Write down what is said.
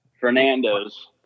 Fernando's